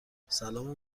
سلام